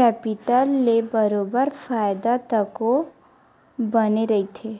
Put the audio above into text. capital ले बरोबर फायदा तको बने रहिथे